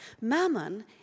Mammon